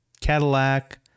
Cadillac